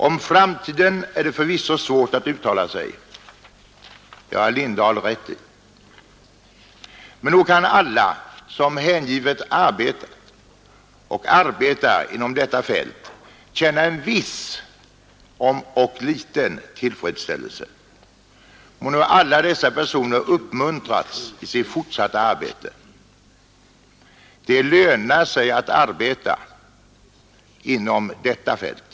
Om framtiden är det förvisso svårt att uttala sig — det har herr Lindahl rätt i — men nog kan alla som hängivet arbetat och arbetar inom detta Nr 67 fält känna en viss om ock liten tillfredsställelse. Må nu alla dessa personer Onsdagen den uppmuntras i sitt fortsatta arbete! ”Det lönar sig att arbeta” — inom 36 april 1972 detta fält.